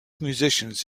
musicians